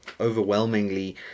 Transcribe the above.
overwhelmingly